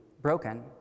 broken